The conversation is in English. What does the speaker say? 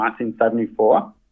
1974